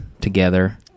together